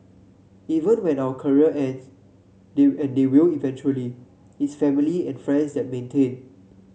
even when our career ends they and they will eventually it's family and friends that maintain